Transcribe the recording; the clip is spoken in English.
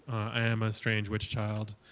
i am a strange witch child.